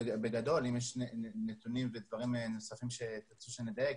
אם יש נתונים ודברים נוספים שתרצו שנדייק